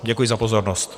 Děkuji za pozornost.